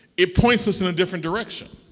it points us in a different direction.